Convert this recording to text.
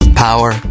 Power